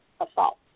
assault